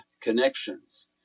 connections